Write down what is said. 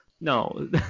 No